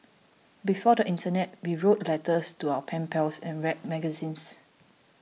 before the internet we wrote letters to our pen pals and read magazines